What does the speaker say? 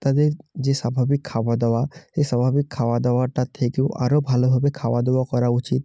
তাদের যে স্বাভাবিক খাওয়া দাওয়া এই স্বাভাবিক খাওয়া দাওয়াটা থেকেও আরও ভালোভাবে খাওয়া দাওয়া করা উচিত